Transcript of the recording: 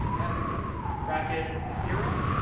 s bracket zero,